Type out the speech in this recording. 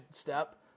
step